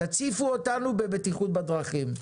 תציפו אותנו בבטיחות בדרכים.